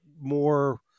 more